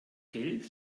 gelb